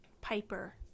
Piper